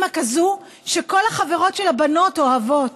אימא כזו שכל החברות של הבנות אוהבות.